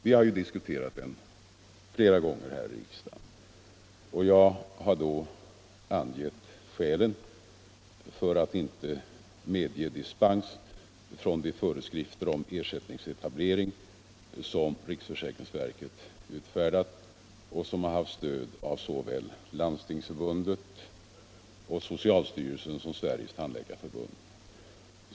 Vi har diskuterat denna flera gånger tidigare här i riksdagen, och jag har då angivit skälen för att inte medge dispens från de föreskrifter om ersättningsetablering som riksförsäkringsverket utfärdat och som haft stöd av såväl Landstingsförbundet och socialstyrelsen som Sveriges tand . läkarförbund.